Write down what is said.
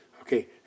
Okay